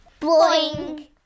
Boing